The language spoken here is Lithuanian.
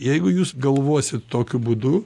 jeigu jūs galvosit tokiu būdu